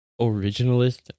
originalist